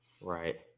Right